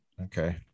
Okay